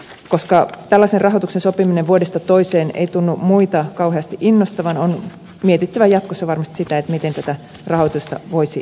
koska tällaisen rahoituksen sopiminen vuodesta toiseen ei tunnu muita kauheasti innostavan on mietittävä jatkossa varmasti sitä miten tätä rahoitusta voisi löytyä